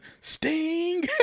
Sting